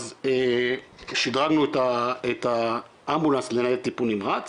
אז שדרגנו את האמבולנס לניידת טיפול נמרץ,